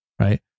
Right